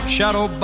Shadow